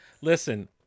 listen